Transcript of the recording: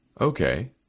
okay